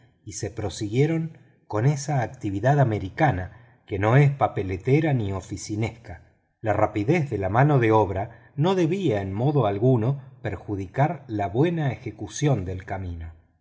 y se prosiguieron con esa actividad americana que no es papelera ni oficinesca la rapidez de la mano de obra no debía en modo alguno perjudicar la buena ejecución del camino